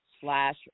slash